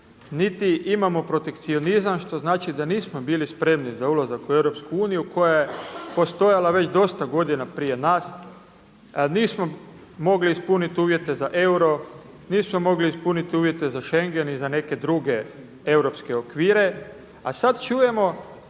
niti imamo protekcionizam što znači da nismo bili spremni za ulazak u EU koja je postojala već dosta godina prije nas. Nismo mogli ispuniti uvjete za euro, nismo mogli ispuniti uvjete za Schengen i za neke druge europske okvire. A sad čujemo